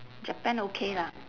japan okay lah